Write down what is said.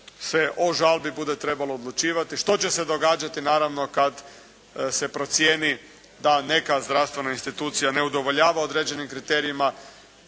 se o žalbi bude trebalo odlučivati, što će se događati naravno kada se procijeni da neka zdravstvena institucija ne udovoljava određenim kriterijima,